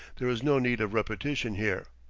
there is no need of repetition here.